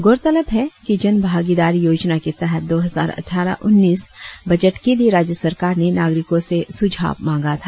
गौरतलब है कि जन भागीदारी योजना के तहत दो हजार अटठारह उन्नीस बजट के लिए राज्य सरकार ने नागरिकों से सुझाव माँगा था